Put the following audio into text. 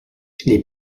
les